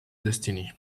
destiny